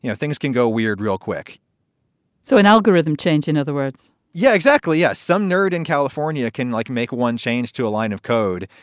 you know things can go weird real quick so an algorithm change, in other words yeah, exactly. yeah some nerd in california can, like, make one change to a line of code.